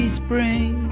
spring